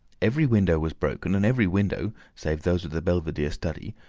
every window was broken, and every window, save those of the belvedere study,